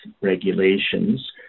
regulations